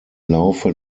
laufe